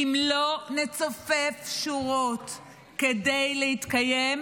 אם לא נצופף שורות כדי להתקיים,